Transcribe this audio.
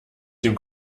dem